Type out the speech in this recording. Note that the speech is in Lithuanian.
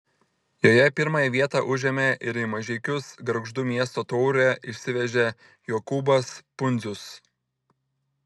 joje pirmąją vietą užėmė ir į mažeikius gargždų miesto taurę išsivežė jokūbas pundzius